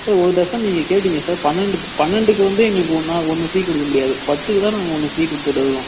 sir ஒரு dozen நீங்கள் கேட்டீங்கள் சார் பன்னிரெண்டு பன்னிரெண்டுக்கு வந்து எங்களுக்கு ஒன்னா ஒன்று ஃப்ரீ கொடுக்க முடியாது பத்துக்கு தான் நாங்கள் ஒன்று ஃப்ரீ கொடுத்துட்டு இருக்கோம்